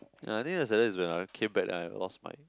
I think the saddest is when I came back then I lost my